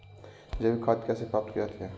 जैविक खाद कैसे प्राप्त की जाती है?